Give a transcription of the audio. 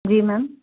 जी ma'am